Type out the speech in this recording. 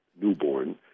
newborn